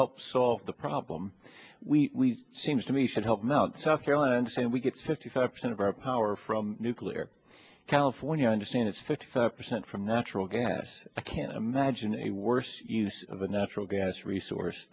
help solve the problem we seems to me should help them out south carolina and say we get fifty five percent of our power from nuclear california understand it's fifty five percent from natural gas i can't imagine a worse use of a natural gas resource